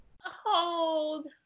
Hold